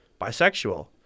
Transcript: bisexual